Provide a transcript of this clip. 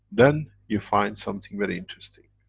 then you find something very interesting.